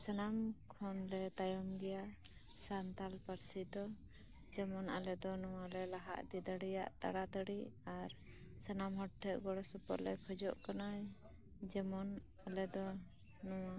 ᱥᱟᱱᱟᱢ ᱠᱷᱚᱱ ᱞᱮ ᱛᱟᱭᱚᱢ ᱜᱮᱭᱟ ᱥᱟᱱᱛᱟᱞ ᱯᱟᱹᱨᱥᱤ ᱫᱚ ᱡᱮᱢᱚᱱ ᱟᱞᱮ ᱫᱚ ᱱᱚᱶᱟᱞᱮ ᱞᱟᱦᱟ ᱤᱫᱤ ᱫᱟᱲᱮᱭᱟᱜ ᱛᱟᱲᱟ ᱛᱟᱹᱲᱤ ᱟᱨ ᱥᱟᱱᱟᱢ ᱦᱚᱲ ᱴᱷᱮᱱ ᱜᱚᱲᱚ ᱥᱚᱯᱚᱦᱚᱫ ᱞᱮ ᱠᱷᱚᱡᱚᱜ ᱠᱟᱱᱟ ᱡᱮᱢᱚᱱ ᱟᱞᱮ ᱫᱚ ᱱᱚᱶᱟ